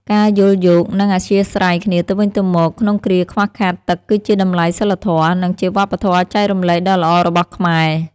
ការយល់យោគ និងអធ្យាស្រ័យគ្នាទៅវិញទៅមកក្នុងគ្រាខ្វះខាតទឹកគឺជាតម្លៃសីលធម៌ និងជាវប្បធម៌ចែករំលែកដ៏ល្អរបស់ខ្មែរ។